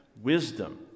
wisdom